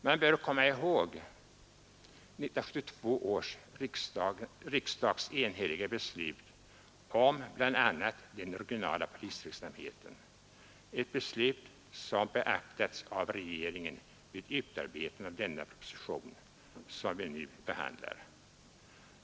Man bör komma ihåg 1972 års riksdags enhälliga beslut om bl.a. den regionala polisverksamheten, ett beslut som beaktats av regeringen vid utarbetandet av den proposition som vi nu behandlar.